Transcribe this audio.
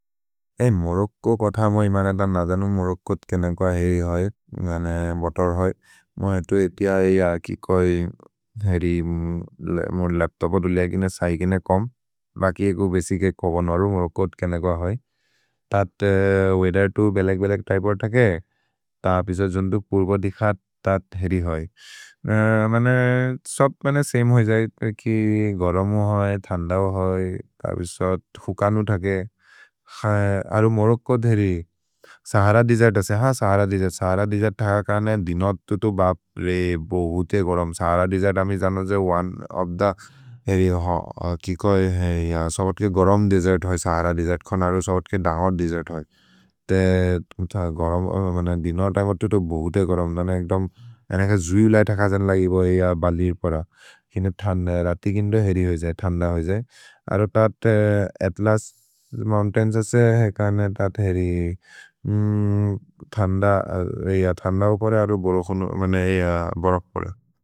ए Morocco कोथ मोइ इम र त न दनु मोरोक्कोत् केनकुअ हेरि है, बतर् है, मोइ तु एति ऐअ कि कोइ हेरि। मोर् लप्तोप दुलिअ किन सैकेने कम्, बकि एगु बेसिके कोबनरु मोरोक्कोत् केनकुअ है, तत् वेअथेर् तु बेलक् बेलक् तैपो थके। त अबिस्व जुन्दु पुर्ब दिख तत् हेरि है, मने सप्त् मेने सेम् होइ जैत्, एक्कि गरमु होइ, थन्दौ होइ, अबिस्व थुकनु थके। अरु मोरोक्को धेरि, सहर देसेर्त् असे, ह सहर देसेर्त्, सहर देसेर्त् थक करने दिनो तुतु बप्रे बोहुते गरम्। सहर देसेर्त् अमि जनो जे ओने ओफ् थे हेरि हो, कि कोइ सबत् के गरम् देसेर्त् होइ, सहर देसेर्त्, खनरु सबत् के दन्गर् देसेर्त् होइ।